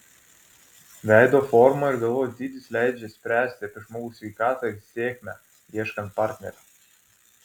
veido forma ir galvos dydis leidžia spręsti apie žmogaus sveikatą ir sėkmę ieškant partnerio